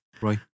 Right